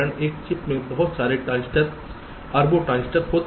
एक चिप में बहुत सारे ट्रांजिस्टर अरबों ट्रांजिस्टर होते हैं